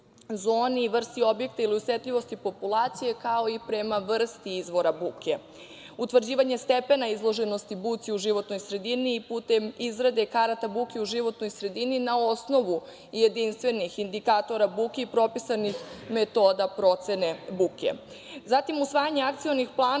zoni, vrsti objekta ili osetljivosti populacije, kao i vrsti izvora buke, utvrđivanje stepena izloženosti buci u životnoj sredini putem izrade karata buke u životnoj sredini na osnovu jedinstvenih indikatora buke i propisanih metoda procene buke,